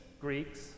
Greeks